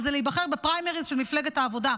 וזה להיבחר בפריימריז של מפלגת העבודה.